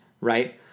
right